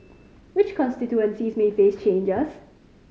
which constituencies may face changes